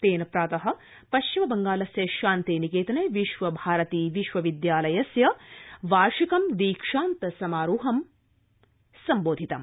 तेन प्रात पश्चिम बंगालस्य शान्ति निकेतने विश्व भारती विश्वविद्यालस्य वार्षिकं दीक्षान्त समारोहं सम्बोधितम्